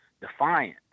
defiant